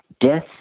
Death